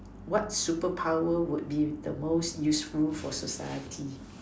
what superpower would be the most useful for society